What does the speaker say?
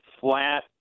flat